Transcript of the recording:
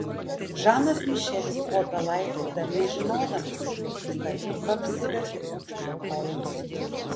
žanas mišelis kopė laiptais dar nežinodamas jog visa epocha apsivertė aukštyn kojomis